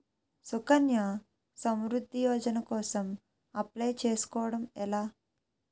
సుకన్య సమృద్ధి యోజన కోసం అప్లయ్ చేసుకోవడం ఎలా?